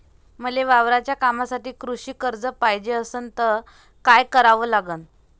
मले वावराच्या कामासाठी कृषी कर्ज पायजे असनं त काय कराव लागन?